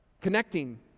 Connecting